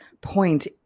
point